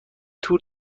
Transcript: تور